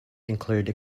include